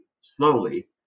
slowly